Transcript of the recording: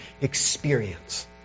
experience